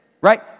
right